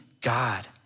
God